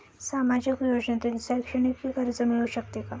सामाजिक योजनेतून शैक्षणिक कर्ज मिळू शकते का?